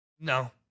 no